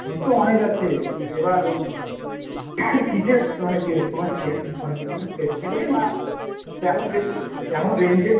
phone তো অনেক আছে এবার আর কীসের মানে কে দিয়ে তোমার সেট ফোনে ফোনের ফোনের সেট নেবে না কেমন রেঞ্জ কেমন রেঞ্জের